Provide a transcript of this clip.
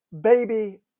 baby